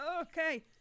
Okay